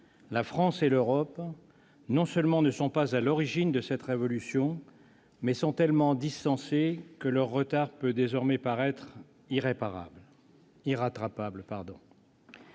la France et l'Europe non seulement ne sont pas à l'origine de cette révolution, mais sont tellement distancées que leur retard peut désormais paraître irrattrapable.